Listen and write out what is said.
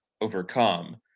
overcome